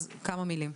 אז כמה מילים.